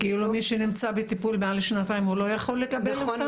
כאילו מי שנמצא בטיפול מעל שנתיים הוא לא יכול לקבל אותן?